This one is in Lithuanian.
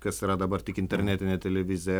kas yra dabar tik intenetinė televizija